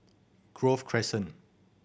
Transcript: Grove Crescent